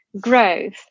growth